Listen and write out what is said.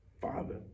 father